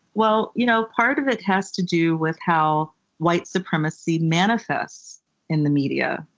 well, you know part of it has to do with how white supremacy manifests in the media.